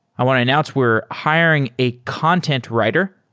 i want to announce, we're hiring a content writer.